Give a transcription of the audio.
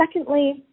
Secondly